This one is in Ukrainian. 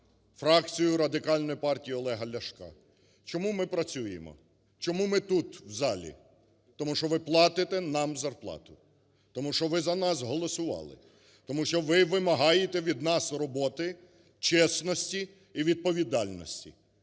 фракцію Радикальної партії Олега Ляшка. Чому ми працюємо, чому ми тут, в залі? Тому що ви платите нам зарплату, тому що ви за нас голосували, тому що ви вимагаєте від нас роботи, чесності і відповідальності.